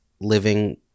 living